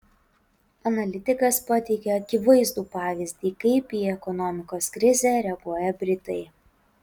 analitikas pateikia akivaizdų pavyzdį kaip į ekonomikos krizę reaguoja britai